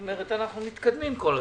זאת אומרת, אנחנו מתקדמים כל הזמן.